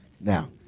Now